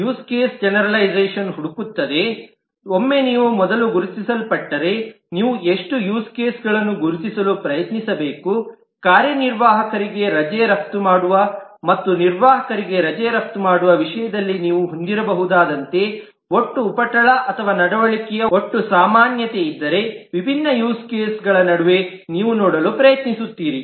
use ಕೇಸ್ಗಳ generalisation ಹುಡುಕುತ್ತದೆ ಒಮ್ಮೆ ನೀವು ಮೊದಲು ಗುರುತಿಸಲ್ಪಟ್ಟರೆ ನೀವು ಎಷ್ಟು ಯೂಸ್ ಕೇಸ್ಗಳನ್ನು ಗುರುತಿಸಲು ಪ್ರಯತ್ನಿಸಬೇಕು ಕಾರ್ಯನಿರ್ವಾಹಕರಿಗೆ ರಜೆ ರಫ್ತು ಮಾಡುವ ಮತ್ತು ನಿರ್ವಾಹಕರಿಗೆ ರಜೆ ರಫ್ತು ಮಾಡುವ ವಿಷಯದಲ್ಲಿ ನೀವು ಹೊಂದಿರಬಹುದಾದಂತೆ ಒಟ್ಟು ಉಪಟಳ ಅಥವಾ ನಡವಳಿಕೆಯ ಒಟ್ಟು ಸಾಮಾನ್ಯತೆ ಇದ್ದರೆ ವಿಭಿನ್ನ ಯೂಸ್ ಕೇಸ್ಗಳ ನಡುವೆ ನೀವು ನೋಡಲು ಪ್ರಯತ್ನಿಸುತ್ತೀರಿ